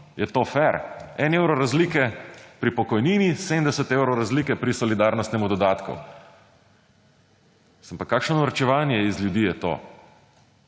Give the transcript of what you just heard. je to »fer«? 1 evro razlike pri pokojnini, 70 evrov razlike pri solidarnostnemu dodatku. Mislim, pa kakšno norčevanje iz ljudi je to